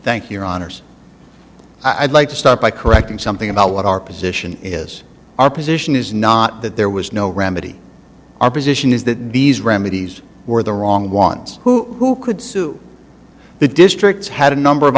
thank your honour's i'd like to start by correcting something about what our position is our position is not that there was no remedy our position is that these remedies were the wrong ones who could sue the districts had a number of